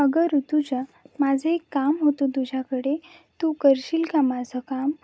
अगं ऋतुजा माझं एक काम होतं तुझ्याकडे तू करशील का माझं काम